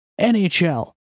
NHL